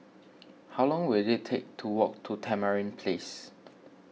how long will it take to walk to Tamarind Place